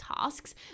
tasks